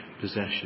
possession